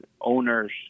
owners